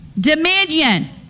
dominion